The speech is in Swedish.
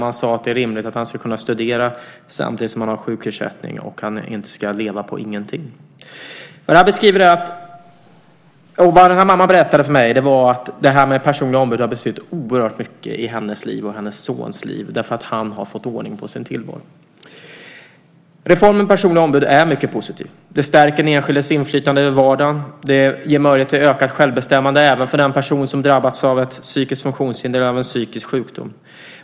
Man sade att det var rimligt att han skulle kunna studera samtidigt som han hade sjukersättning och att han inte skulle leva på ingenting. Vad mamman berättade för mig var att detta med personliga ombud har betytt oerhört mycket i hennes och hennes sons liv. Han har nämligen fått ordning på sin tillvaro. Reformen med personliga ombud är mycket positiv. Den stärker den enskildes inflytande över vardagen. Den ger möjlighet till ökat självbestämmande även för den person som drabbats av ett psykiskt funktionshinder eller en psykisk sjukdom.